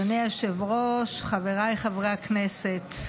אדוני היושב-ראש, חבריי חברי הכנסת,